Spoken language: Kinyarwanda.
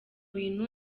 bintu